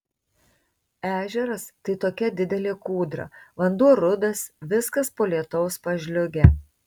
ežeras tai tokia didelė kūdra vanduo rudas viskas po lietaus pažliugę